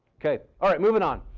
okay. all right. moving on.